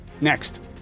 next